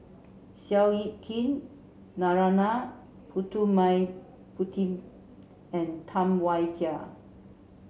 Seow Yit Kin Narana Putumaippittan and Tam Wai Jia